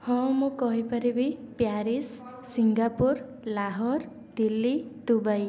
ହଁ ମୁଁ କହିପାରିବି Paris Singapore Lahore Delhi Dubai